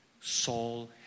Saul